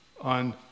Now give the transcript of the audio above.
on